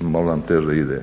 malo nam teže ide.